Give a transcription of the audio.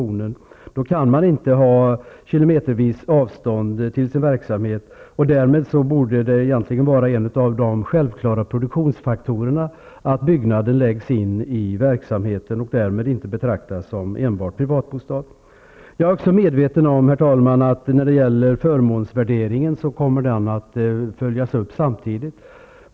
Då går det inte att ha kilometeravstånd till verksamheten. Därmed borde det egentligen vara en av de självklara produktionsfaktorerna att byggnaden läggs in i verksamheten och därmed inte betraktas som enbart privatbostad. Jag är också medveten om, herr talman, att förmånsvärderingen kommer att följas upp.